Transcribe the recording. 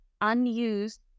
unused